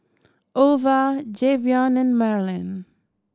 Ova Jayvion and Marylin